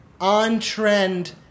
on-trend